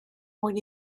mwyn